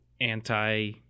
anti